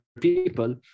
people